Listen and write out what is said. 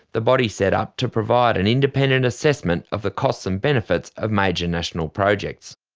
the body set up to provide an independent assessment of the costs and benefits of major national projects.